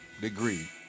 degree